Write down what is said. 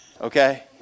okay